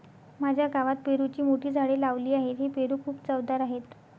माझ्या गावात पेरूची मोठी झाडे लावली आहेत, हे पेरू खूप चवदार आहेत